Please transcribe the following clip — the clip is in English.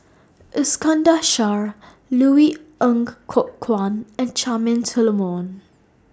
Iskandar Shah Louis Ng Kok Kwang and Charmaine Solomon